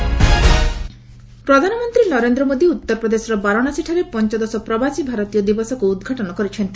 PM Varanasi ପ୍ରଧାନମନ୍ତ୍ରୀ ନରେନ୍ଦ୍ର ମୋଦି ଉତ୍ତରପ୍ରଦେଶର ବାରାଣାସୀଠାରେ ପଞ୍ଚଦଶ ପ୍ରବାସୀ ଭାରତୀୟ ଦିବସକୁ ଉଦ୍ଘାଟନ କରିଛନ୍ତି